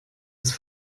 ist